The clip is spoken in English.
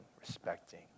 respecting